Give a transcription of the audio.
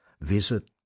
Visit